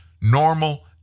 normal